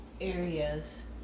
areas